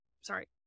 sorry